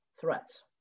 threats